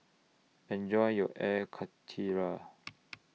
Enjoy your Air Karthira